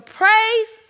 praise